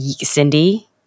Cindy